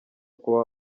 kuba